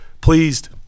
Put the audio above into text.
pleased